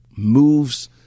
moves